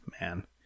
man